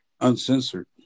Uncensored